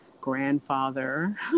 grandfather